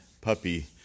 puppy